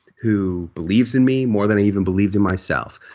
who believes in me more than even believed in myself,